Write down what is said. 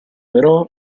però